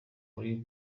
muri